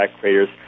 craters